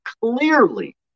clearly